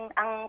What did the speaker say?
ang